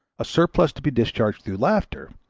a surplus to be discharged through laughter,